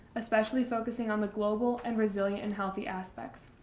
especially focusing on the global and resilient and healthy aspects.